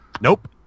Nope